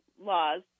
laws